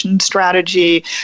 strategy